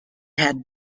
had